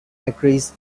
agrees